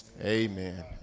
Amen